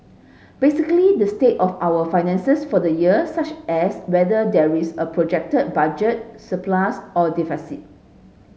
basically the state of our finances for the year such as whether there is a projected budget surplus or deficit